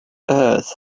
earth